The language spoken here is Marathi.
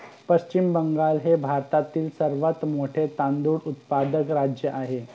पश्चिम बंगाल हे भारतातील सर्वात मोठे तांदूळ उत्पादक राज्य आहे